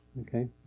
Okay